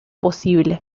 posible